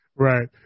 Right